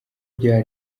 bya